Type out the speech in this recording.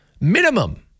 minimum